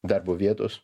darbo vietos